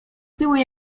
były